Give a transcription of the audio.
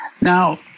Now